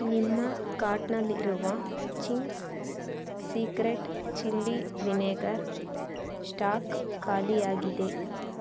ನಿಮ್ಮ ಕಾರ್ಟ್ನಲ್ಲಿರುವ Ching's secret chilli vinegar stock ಖಾಲಿಯಾಗಿದೆ